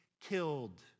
killed